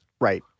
Right